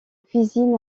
cuisine